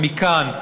ומכאן,